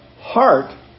heart